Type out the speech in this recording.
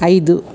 ಐದು